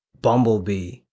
Bumblebee